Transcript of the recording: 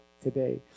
today